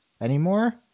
anymore